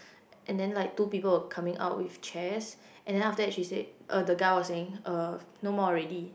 and then like two people were coming out with chairs and then after that she said uh the guy was saying uh no more already